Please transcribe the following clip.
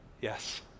yes